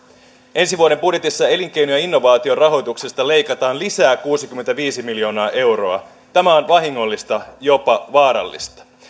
ensi vuoden budjetissa elinkeino ja innovaatiorahoituksesta leikataan lisää kuusikymmentäviisi miljoonaa euroa tämä on vahingollista jopa vaarallista